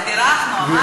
בירכנו, אמרנו.